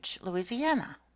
louisiana